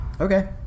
Okay